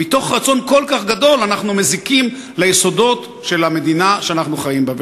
ומתוך רצון כל כך גדול אנחנו מזיקים ליסודות של המדינה שאנחנו חיים בה.